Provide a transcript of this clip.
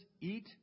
eat